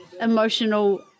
emotional